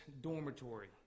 dormitory